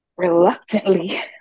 reluctantly